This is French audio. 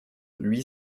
huit